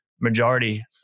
majority